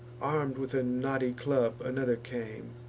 arm'd with a knotty club another came